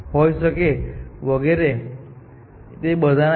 bound h અને તે DFS કરે છે જ્યાં સુધી f બાઉન્ડ હોય